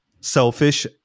selfish